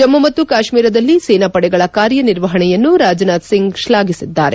ಜಮ್ಮ ಮತ್ತು ಕಾಶ್ಮೀರದಲ್ಲಿ ಸೇನಾಪಡೆಗಳ ಕಾರ್ಯನಿರ್ವಪಣೆಯನ್ನು ರಾಜನಾಥ್ ಸಿಂಗ್ ಶ್ಲಾಘಿಸಿದ್ದಾರೆ